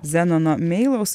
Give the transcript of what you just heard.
zenono meilaus